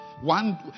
One